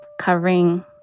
covering